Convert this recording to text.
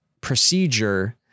procedure